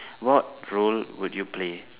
what role would you play